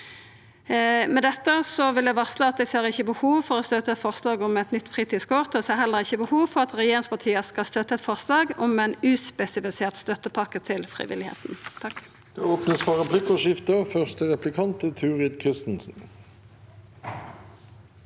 Med dette vil eg varsla eg ikkje ser behov for å støtta forslaget om eit nytt fritidskort. Eg ser heller ikkje behov for at regjeringspartia skal støtta eit forslag om ei uspesifisert støttepakke til frivilligheita.